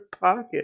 pocket